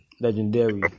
legendary